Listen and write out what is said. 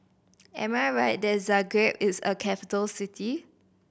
am I right that Zagreb is a capital city